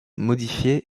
modifiée